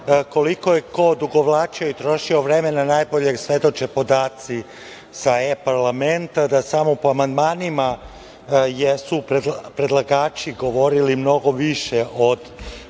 koliko je ko odugovlačio i trošio vreme, najbolje svedoče podaci sa e-parlamenta, da samo po amandmanima su predlagači govorili mnogo više od